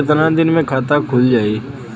कितना दिन मे खाता खुल जाई?